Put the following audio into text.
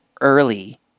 early